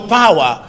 power